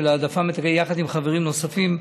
יחד עם חברים נוספים,